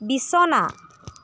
বিছনা